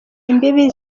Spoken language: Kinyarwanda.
imbibi